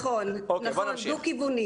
נכון, אבל אני מבקשת שזה יהיה דו-כיווני.